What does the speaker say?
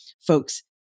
folks